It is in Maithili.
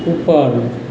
ऊपर